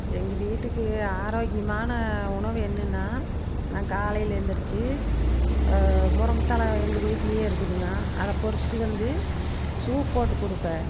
எங்கள் வீட்டுக்கு ஆரோக்கியமான உணவு என்னென்னா நான் காலையில் எழுந்துருச்சி முருங்கைத்தல எங்கள் வீட்டிலே இருக்குதுங்க அதை பறிச்சுட்டு வந்து சூப் போட்டு கொடுப்பேன்